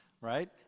right